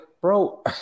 bro